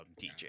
DJ